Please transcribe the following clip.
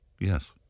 Yes